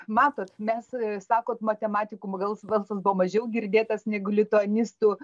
matot mes sakot matematikų gal balsas buvo mažiau girdėtas negu lituanistų